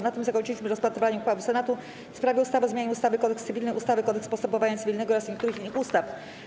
Na tym zakończyliśmy rozpatrywanie uchwały Senatu w sprawie ustawy o zmianie ustawy - Kodeks cywilny, ustawy - Kodeks postępowania cywilnego oraz niektórych innych ustaw.